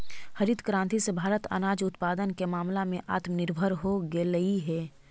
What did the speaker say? हरित क्रांति से भारत अनाज उत्पादन के मामला में आत्मनिर्भर हो गेलइ हे